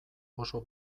oso